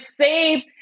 save